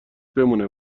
بمونه